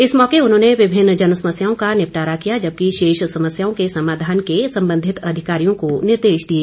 इस मौके उन्होंने विभिन्न जनसमस्याओं का निपटारा किया जबकि शेष समस्याओं के समाधान के संबंधित अधिकारियों को निर्देश दिए